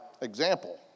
example